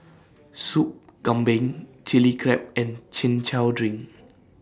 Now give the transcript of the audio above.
Soup Kambing Chili Crab and Chin Chow Drink